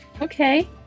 Okay